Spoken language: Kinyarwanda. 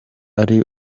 ari